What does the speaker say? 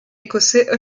écossais